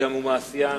התשס"ט (15 ביולי